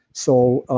so, ah